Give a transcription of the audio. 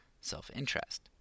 self-interest